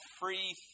free